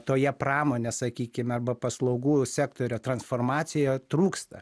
toje pramonės sakykime arba paslaugų sektoriuj transformacija trūksta